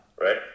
right